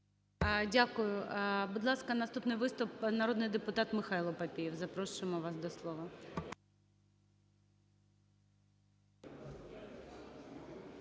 Дякую. Будь ласка, наступний виступ – народний депутат Михайло Папієв, запрошуємо вас до слова.